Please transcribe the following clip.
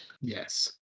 Yes